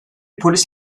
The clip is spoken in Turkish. polis